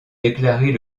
déclarer